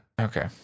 okay